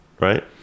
right